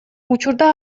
учурда